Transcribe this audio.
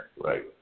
right